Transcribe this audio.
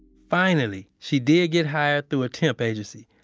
finally, she did get hired through a temp agency.